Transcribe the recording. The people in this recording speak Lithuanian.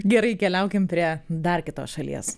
gerai keliaukim prie dar kitos šalies